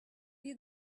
you